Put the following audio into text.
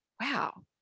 wow